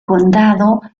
condado